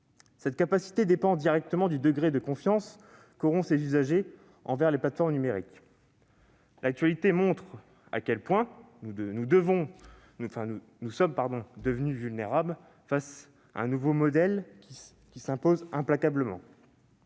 Cette capacité dépend directement du degré de confiance qu'auront ces usagers à l'égard des plateformes numériques. L'actualité montre à quel point nous sommes devenus vulnérables face à un nouveau modèle, qui s'impose implacablement.